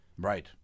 Right